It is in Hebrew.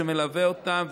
שמלווה אותן,